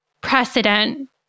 precedent